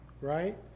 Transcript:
right